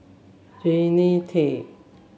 Jannie Tay